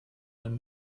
mein